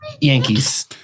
Yankees